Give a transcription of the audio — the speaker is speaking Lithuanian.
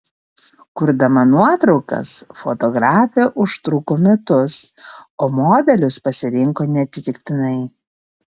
kurdama nuotraukas fotografė užtruko metus o modelius pasirinko neatsitiktinai